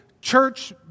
church